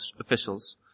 officials